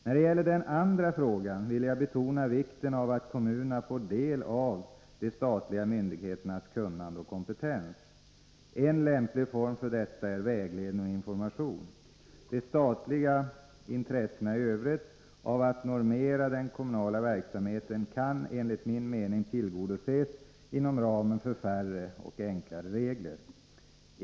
När det gäller den andra frågan vill jag betona vikten av att kommunerna får del av de statliga myndigheternas kunnande och kompetens. En lämplig form för detta är vägledning och information. De statliga intressena i övrigt av att normera den kommunala verksamheten kan enligt min mening tillgodoses inom ramen för färre och enklare regler.